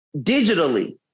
digitally